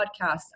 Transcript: podcast